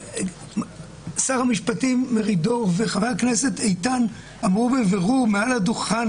שר המשפטים מרידור וחבר הכנסת איתן אמרו בבירור מעל הדוכן